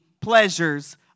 pleasures